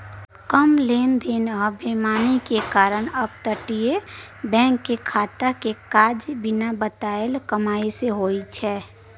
कम लेन देन आ बेईमानी के कारण अपतटीय बैंक के खाता के काज बिना बताएल कमाई सँ होइ छै